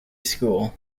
school